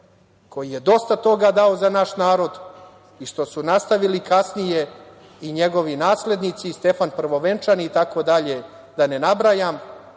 koji je dosta toga dao za naš narod i što su nastavili kasnije i njegovi naslednici Stefan Prvovenčani itd, da ne nabrajam